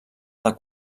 del